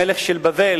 המלך של בבל,